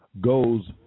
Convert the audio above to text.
goes